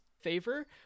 favor